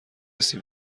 سیب